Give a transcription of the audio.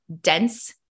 dense